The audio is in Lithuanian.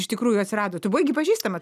iš tikrųjų atsirado tu buvai gi pažįstama